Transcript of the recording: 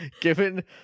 given